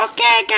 Okay